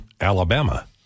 Alabama